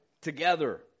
together